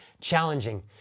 challenging